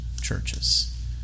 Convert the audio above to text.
churches